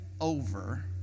over